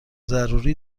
ضروری